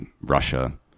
Russia